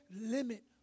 limit